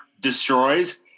destroys